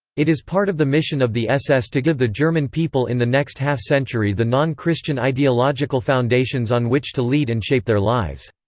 it is part of the mission of the ss to give the german people in the next half century the non-christian ideological foundations on which to lead and shape their lives.